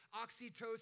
oxytocin